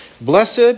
Blessed